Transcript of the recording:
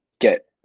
get